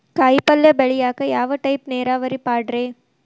ಕಾಯಿಪಲ್ಯ ಬೆಳಿಯಾಕ ಯಾವ ಟೈಪ್ ನೇರಾವರಿ ಪಾಡ್ರೇ?